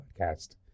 podcast